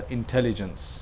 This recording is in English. intelligence